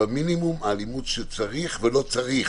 במינימום האלימות שצריך, ולא צריך.